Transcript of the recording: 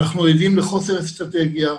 אנחנו עדים לחוסר אסטרטגיה,